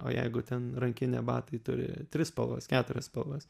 o jeigu ten rankinė batai turi tris spalvas keturias spalvas